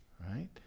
right